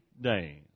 days